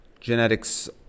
genetics